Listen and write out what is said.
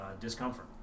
discomfort